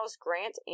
Grant